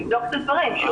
אנחנו נבדוק את הדברים.